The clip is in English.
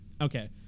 Okay